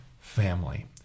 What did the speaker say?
family